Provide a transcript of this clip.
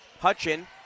Hutchin